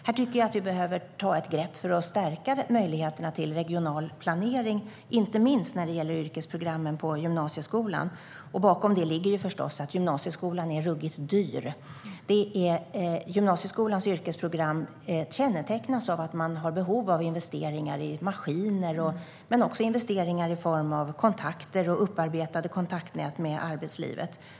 Här tycker jag att vi behöver ta ett grepp för att stärka möjligheterna till regional planering, inte minst när det gäller yrkesprogrammen på gymnasieskolan. Bakom det ligger förstås att gymnasieskolan är ruggigt dyr. Gymnasieskolans yrkesprogram kännetecknas av att man har behov av investeringar i maskiner och i form av kontakter och upparbetade kontaktnät med arbetslivet.